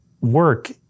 work